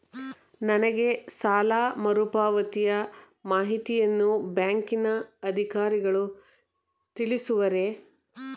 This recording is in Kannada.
ನನಗೆ ಸಾಲ ಮರುಪಾವತಿಯ ಮಾಹಿತಿಯನ್ನು ಬ್ಯಾಂಕಿನ ಅಧಿಕಾರಿಗಳು ತಿಳಿಸುವರೇ?